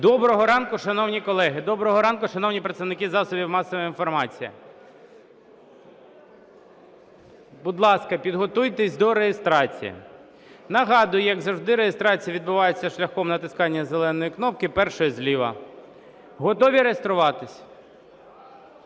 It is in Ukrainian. Доброго ранку, шановні колеги! Доброго ранку, шановні представники засобів масової інформації! Будь ласка, підготуйтесь до реєстрації. Нагадую, як завжди, реєстрація відбувається шляхом натискання зеленої кнопки, першої зліва. Готові реєструватись?